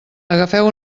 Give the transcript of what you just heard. agafeu